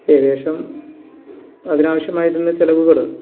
ഏകദേശം അതിനാവശ്യമായിരുന്ന ചിലവുകൾ